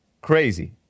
Crazy